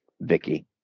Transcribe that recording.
Vicky